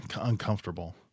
uncomfortable